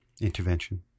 intervention